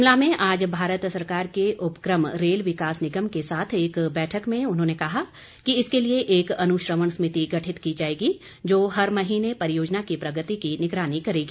शिमला में आज भारत सरकार के उपक्रम रेल विकास निगम के साथ एक बैठक में उन्होंने कहा कि इसके लिए एक अनुश्रवण समिति गठित की जाएगी जो हर महीने परियोजना की प्रगति की निगरानी करेगी